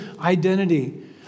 identity